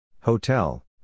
Hotel